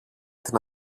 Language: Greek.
την